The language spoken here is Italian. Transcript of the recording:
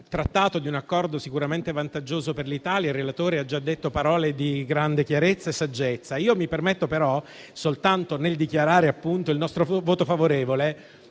tratta di un Accordo sicuramente vantaggioso per l'Italia e il relatore ha già detto parole di grande chiarezza e saggezza. Mi permetto però, nel dichiarare il nostro voto favorevole,